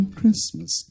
Christmas